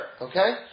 okay